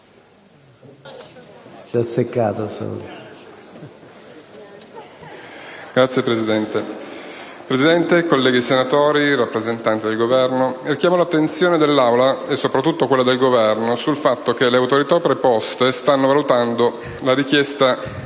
*(M5S)*. Signor Presidente, colleghi senatori, rappresentante del Governo, richiamo l'attenzione dell'Assemblea e soprattutto quella del Governo sul fatto che le autorità preposte stanno valutando la richiesta